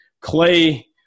Clay